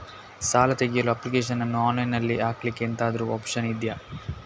ಸಾಲ ತೆಗಿಯಲು ಅಪ್ಲಿಕೇಶನ್ ಅನ್ನು ಆನ್ಲೈನ್ ಅಲ್ಲಿ ಹಾಕ್ಲಿಕ್ಕೆ ಎಂತಾದ್ರೂ ಒಪ್ಶನ್ ಇದ್ಯಾ?